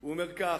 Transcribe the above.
הוא אומר כך,